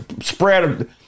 spread